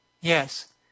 Yes